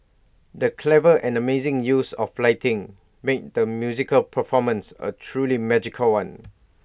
the clever and amazing use of lighting made the musical performance A truly magical one